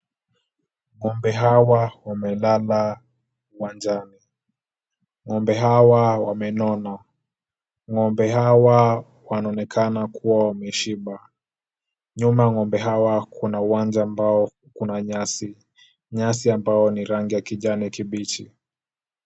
Ng'ombe hawa wamelala uwanjani.Ng'ombe hawa wamenona.Ng'ombe hawa wanaonekana kuwa wameshiba. Nyuma ng'ombe hawa kuna uwanja ambao kuna nyasi, nyasi ambao ni rangi ya kijani kibichi.